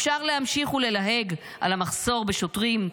אפשר להמשיך וללהג על המחסור בשוטרים,